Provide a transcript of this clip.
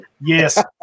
Yes